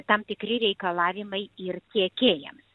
tam tikri reikalavimai ir tiekėjams